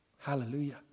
Hallelujah